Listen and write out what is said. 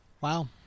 Wow